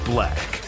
Black